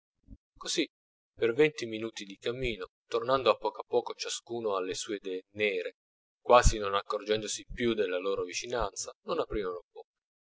così per venti minuti di cammino tornando a poco a poco ciascuno alle sue idee nere quasi non accorgendosi più della loro vicinanza non aprirono bocca